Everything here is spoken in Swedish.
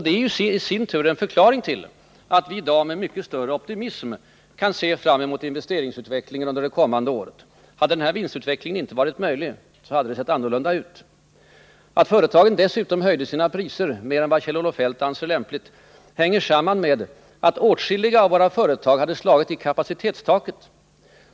Det är i sin tur en förklaring till att vi i dag med mycket större optimism kan se fram mot investeringsutvecklingen under det kommande året. Om den här vinstutvecklingen inte varit möjlig hade det sett annorlunda ut. Att företagen dessutom höjde sina priser mer än vad Kjell-Olof Feldt anser lämpligt hänger samman med att åtskilliga av våra företag hade slagit i kapacitetstaket.